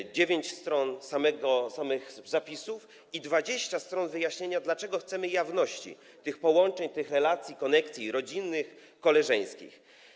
Było 9 stron samych zapisów i 20 stron wyjaśnienia, dlaczego chcemy jawności tych połączeń, tych relacji, koneksji rodzinnych, koleżeńskich.